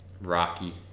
Rocky